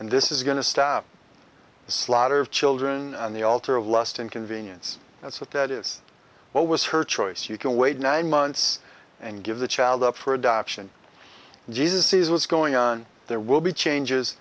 and this is going to stop the slaughter of children on the altar of lust and convenience that's what that is what was her choice you can wait nine months and give the child up for adoption jesus sees what's going on there will be changes